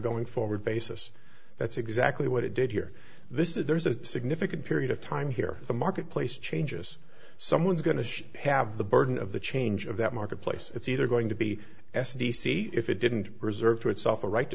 going forward basis that's exactly what it did here this is there's a significant period of time here the marketplace changes someone's going to have the burden of the change of that marketplace it's either going to be s t c if it didn't reserve to itself the right to